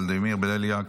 ולדימיר בליאק,